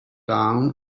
down